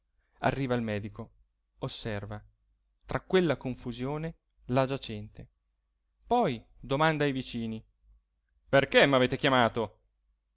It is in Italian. arriva il medico osserva tra quella confusione la giacente poi domanda ai vicini perché m'avete chiamato